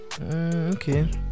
okay